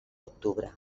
octubre